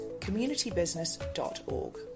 communitybusiness.org